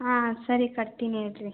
ಹಾಂ ಸರಿ ಕಟ್ತೀನಿ ಇರ್ರಿ